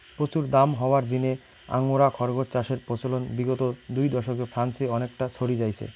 প্রচুর দাম হওয়ার জিনে আঙ্গোরা খরগোস চাষের প্রচলন বিগত দু দশকে ফ্রান্সে অনেকটা ছড়ি যাইচে